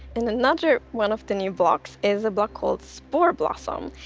and another one of the new blocks is a block called spore blossom.